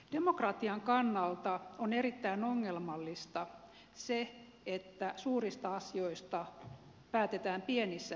demokratian kannalta on erittäin ongelmallista se että suurista asioista päätetään pienissä piireissä